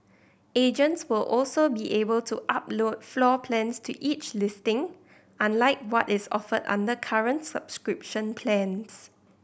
agents will also be able to upload floor plans to each listing unlike what is offered under current subscription plans